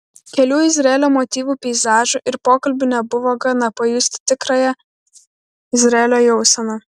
kelių izraelio motyvų peizažų ir pokalbių nebuvo gana pajusti tikrąją izraelio jauseną